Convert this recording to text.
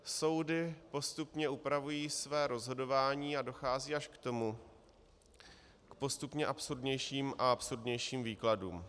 Soudy postupně upravují své rozhodování a dochází až k postupně absurdnějším a absurdnějším výkladům.